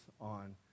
on